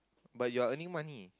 but you're earning money